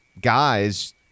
guys